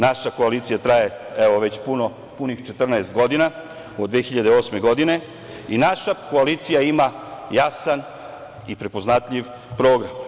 Naša koalicija traje evo već punih 14 godina, od 2008. godine i naša koalicija ima jasan i prepoznatljiv program.